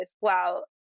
wow